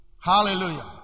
Hallelujah